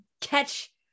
catch